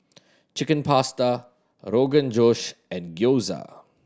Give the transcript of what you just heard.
Chicken Pasta Rogan Josh and Gyoza